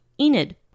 Enid